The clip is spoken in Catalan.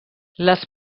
les